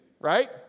right